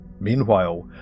Meanwhile